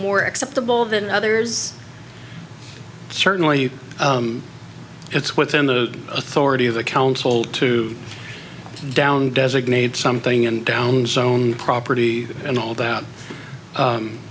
more acceptable than others certainly it's within the authority of the council to down designate something and downs own property and all that